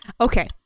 Okay